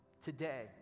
Today